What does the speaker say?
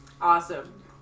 Awesome